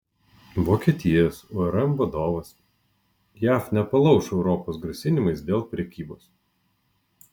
vokietijos urm vadovas jav nepalauš europos grasinimais dėl prekybos